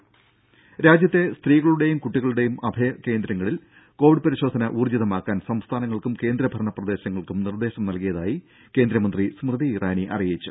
ദര രാജ്യത്തെ സ്ത്രീകളുടെയും കുട്ടികളുടെയും അഭയ കേന്ദ്രങ്ങളിൽ കോവിഡ് പരിശോധന ഊർജ്ജിതമാക്കാൻ സംസ്ഥാനങ്ങൾക്കും കേന്ദ്രഭരണ പ്രദേശങ്ങൾക്കും നിർദേശം നൽകിയതായി കേന്ദ്രമന്ത്രി സ്മൃതി ഇറാനി അറിയിച്ചു